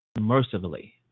mercifully